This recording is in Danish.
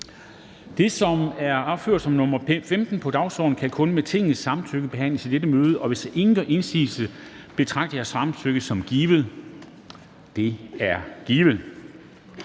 punkt, som er opført som punkt 15 på dagsordenen, kan kun med Tingets samtykke behandles i dette møde. Hvis ingen gør indsigelse, betragter jeg samtykket som givet Det er givet.